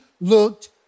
looked